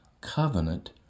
covenant